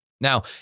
Now